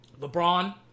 LeBron